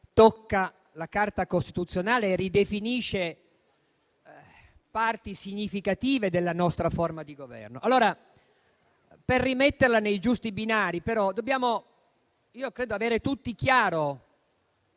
tocca la Carta costituzionale e ridefinisce parti significative della nostra forma di Governo. Per rimetterla sui giusti binari, credo che però dobbiamo avere tutti chiaro